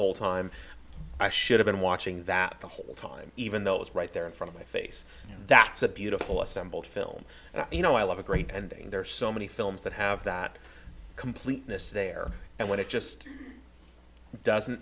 whole time i should've been watching that the whole time even though it's right there in front of my face that's a beautiful assembled film and you know a lot great and there are so many films that have that completeness there and when it just doesn't